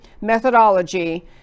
methodology